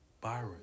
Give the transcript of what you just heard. Byron